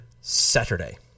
Saturday